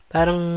Parang